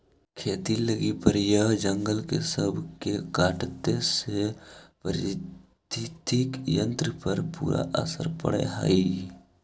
खेती लागी प्रायह जंगल सब के काटे से पारिस्थितिकी तंत्र पर बुरा असर पड़ हई